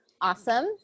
Awesome